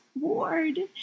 ward